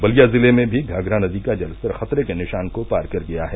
बलिया जिले में भी घाघरा नदी का जलस्तर खतरे के निशान को पार कर गया है